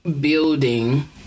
building